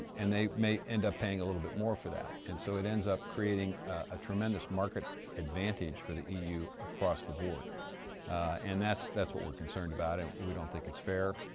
and they may end up paying a little bit more for that. and so it ends up creating a tremendous market advantage for the eu across the board and that's that's what we're concerned about. and we don't think it's fair.